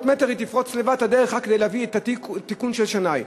דרך של 300 מטר היא תפרוץ לבד רק כדי לאפשר תיקון של שנאי.